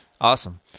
Awesome